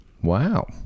Wow